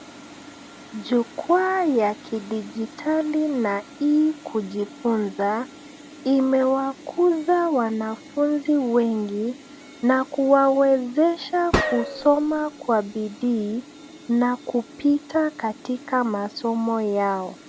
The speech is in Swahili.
Jukwaa ya kidijitali na e-kujifunza imewakuza wanafunzi wengi na kuwawezesha kusoma kwa bidii, na kupita katika masomo yao.